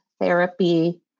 therapy